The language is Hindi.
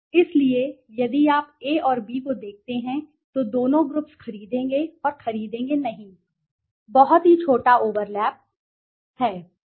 इसलिए यदि आप A और B को देखते हैं तो दोनों ग्रुप्स खरीदेंगे और खरीदेंगे नहीं बहुत ही छोटा ओवरलैप बहुत छोटा ओवरलैप है